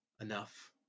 enough